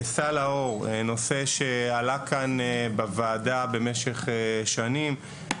סל האור נושא שעלה כאן בוועדה במשך שנים,